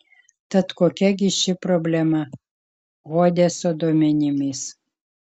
tad kokia gi ši problema hodeso duomenimis